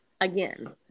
again